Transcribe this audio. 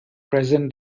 present